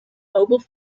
mobile